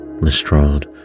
Lestrade